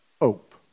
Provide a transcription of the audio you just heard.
Hope